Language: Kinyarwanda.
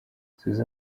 subiza